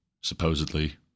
supposedly